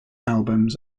albums